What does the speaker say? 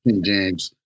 James